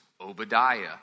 Obadiah